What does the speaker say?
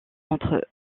entre